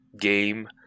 game